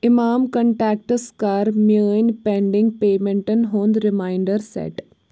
اِمام کنٹیکٹَس کَر میٲنۍ پنڈنگ پیمنٹَن ہُنٛد ریمنانڈر سیٹ